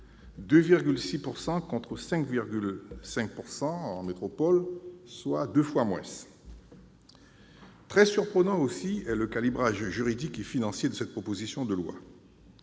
2,6 % contre 5,5 %, soit deux fois moins. Très surprenant aussi est le calibrage juridique et financier de cette proposition de loi.